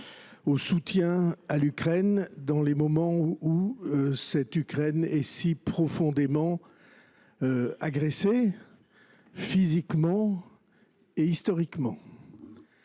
au soutien à l’Ukraine à un moment où ce pays est si profondément agressé, physiquement et historiquement.